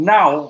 Now